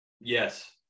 yes